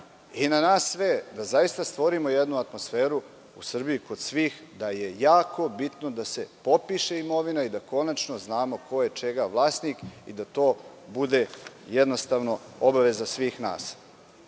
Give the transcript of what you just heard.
i na nas sve, da zaista stvorimo jednu atmosferu u Srbiji kod svih da je jako bitno da se popiše imovina i da konačno znamo ko je čega vlasnik i da to bude jednostavno obaveza svih